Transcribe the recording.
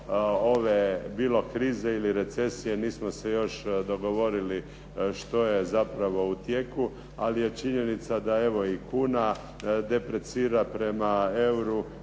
ove, bilo krize ili recesije, nismo se još dogovorili što je zapravo u tijeku, ali je činjenica da evo, i kuna deprecira prema euru